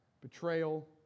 Betrayal